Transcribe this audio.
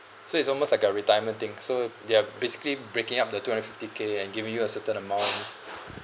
so is almost like a retirement thing so they're basically breaking up the two hundred fifty K and giving you a certain amount